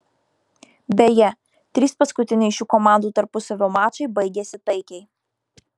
beje trys paskutiniai šių komandų tarpusavio mačai baigėsi taikiai